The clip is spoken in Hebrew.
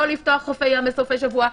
לא לפתוח חופי ים בסופי שבוע,